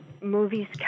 movies